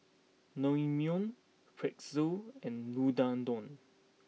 Naengmyeon Pretzel and Unadon